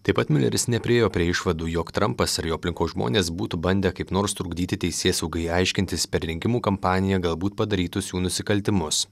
taip pat miuleris nepriėjo prie išvadų jog trampas ar jo aplinkos žmonės būtų bandę kaip nors trukdyti teisėsaugai aiškintis per rinkimų kampaniją galbūt padarytus jų nusikaltimus